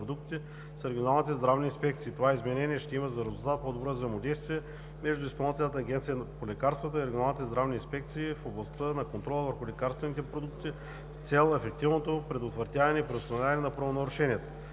с регионалните здравни инспекции. Това изменение ще има за резултат по-добро взаимодействие между Изпълнителната агенция по лекарствата и регионалните здравни инспекции в областта на контрола върху лекарствените продукти с цел ефективното предотвратяване и преустановяване на правонарушенията.